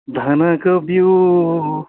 धानको बिउ